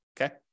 okay